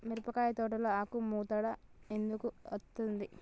మిరపకాయ తోటలో ఆకు ముడత ఎందుకు అత్తది?